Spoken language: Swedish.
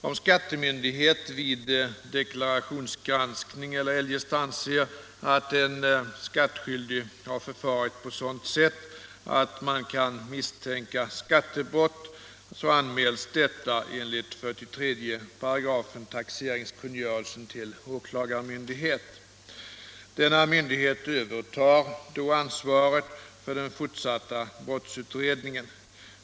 Om skattemyndighet vid deklarationsgranskning eller eljest anser att en skattskyldig förfarit på sådant sätt att man kan misstänka skattebrott, anmäls detta enligt 43 § taxeringskungörelsen till åklagarmyndighet. Denna myndighet övertar då ansvaret för den fortsatta brottsutredningen.